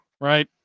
Right